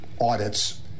audits